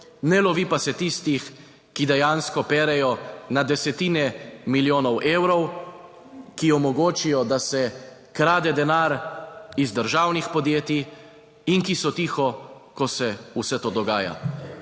Ne lovi pa se tistih, ki dejansko perejo na desetine milijonov evrov, ki omogočijo, da se krade denar iz državnih podjetij in ki so tiho, ko se vse to dogaja.